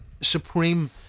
supreme